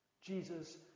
Jesus